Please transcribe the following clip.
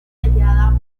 tallada